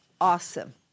Awesome